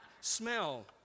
smell